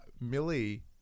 Millie